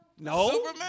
No